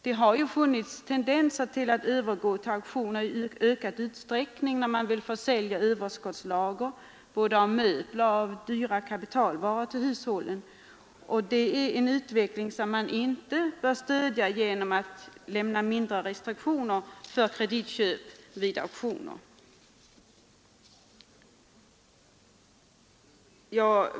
Det har funnits tendenser att i ökad utsträckning övergå till auktioner när man vill försälja överskottslager av möbler och dyra kapitalvaror till hushållen, och det är en utveckling som vi inte bör stödja genom att godta färre restriktioner för kreditköp vid auktioner.